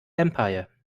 empire